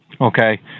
Okay